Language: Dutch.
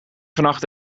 vannacht